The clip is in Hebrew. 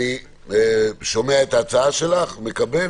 אני שומע את ההצעה שלך, מקבל.